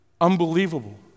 unbelievable